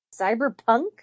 Cyberpunk